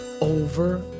over